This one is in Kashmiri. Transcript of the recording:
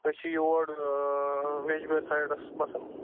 أسۍ چھِ یورڑ ویٚجبیٛٲرۍ سایڈَس بَسَن